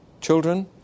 Children